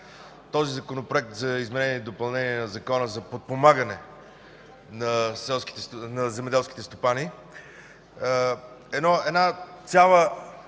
Законопроекта за изменение и допълнение на Закона за подпомагане на земеделските стопани.